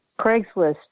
Craigslist